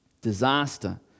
Disaster